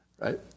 right